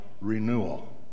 renewal